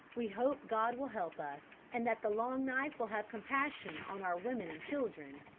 we hope god will help us, and that the long knife will have compassion on our women and children.